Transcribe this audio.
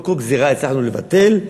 לא כל גזירה הצלחנו לבטל,